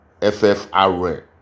FFR